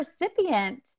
recipient